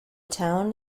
town